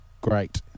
Great